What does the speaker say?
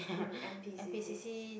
um n_p_c_c